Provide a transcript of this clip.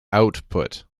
output